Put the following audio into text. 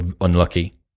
unlucky